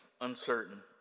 uncertain